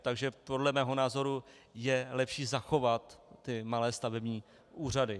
Takže podle mého názoru je lepší zachovat malé stavební úřady.